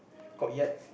courtyard